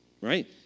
right